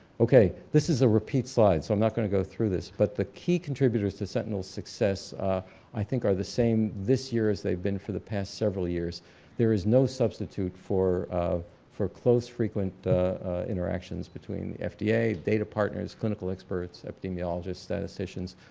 okay this is a repeat slide so i'm not gonna go through this but the key contributors to sentinel's success i think are the same this year as they've been for the past several years there is no substitute for a for close frequent interactions between the fda, data partners, clinical experts, epidemiologists, and statisticians.